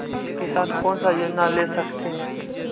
किसान कोन सा योजना ले स कथीन?